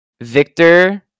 Victor